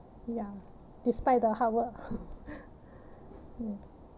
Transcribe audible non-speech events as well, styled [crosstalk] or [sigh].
ya despite the hard work [noise]